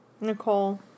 Nicole